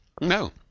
No